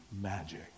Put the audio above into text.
magic